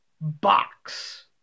Box